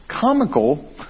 comical